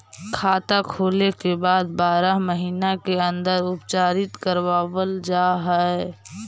खाता खोले के बाद बारह महिने के अंदर उपचारित करवावल जा है?